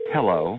Hello